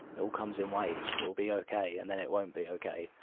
it all comes in waves. it'll be okay, and then it won't be okay,